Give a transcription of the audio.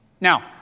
Now